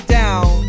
down